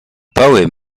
poem